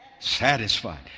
Satisfied